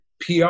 pr